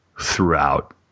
throughout